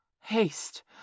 Haste